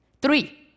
Three